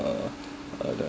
uh the